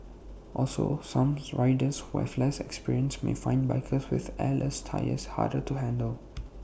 also some riders who have less experience may find bikes with airless tyres harder to handle